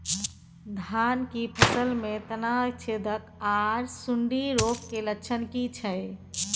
धान की फसल में तना छेदक आर सुंडी रोग के लक्षण की छै?